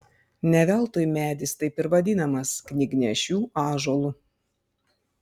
ne veltui medis taip ir vadinamas knygnešių ąžuolu